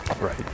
right